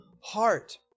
heart